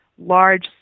large